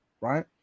right